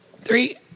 Three